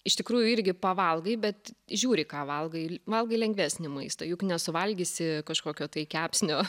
iš tikrųjų irgi pavalgai bet žiūri ką valgai valgai lengvesnį maistą juk nesuvalgysi kažkokio tai kepsnio